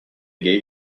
gave